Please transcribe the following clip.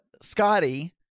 scotty